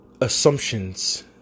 Assumptions